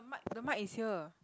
the mic is here